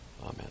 Amen